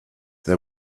they